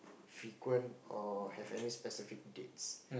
frequent or have any specific dates